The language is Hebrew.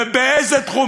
באיזה תחום?